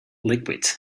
liquid